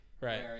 Right